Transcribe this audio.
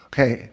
Okay